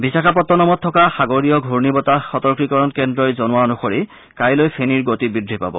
বিশাখাপট্টনমত থকা সাগৰীয় ঘূৰ্ণিবতাহ সতৰ্কীকৰণ কেন্দ্ৰই জনোৱা অনুসৰি কাইলৈ ফেনিৰ গতি বৃদ্ধি পাব